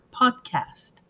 Podcast